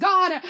God